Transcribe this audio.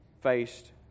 faced